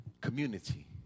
community